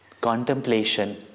contemplation